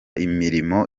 imirimo